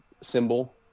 symbol